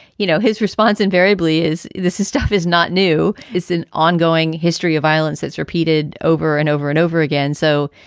you know, his response invariably is this is stuff is not new. it's an ongoing history of violence that's repeated over and over and over again. so,